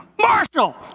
Marshall